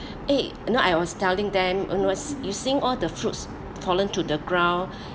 eh you know I was telling them oh no you see all the fruits fallen to the ground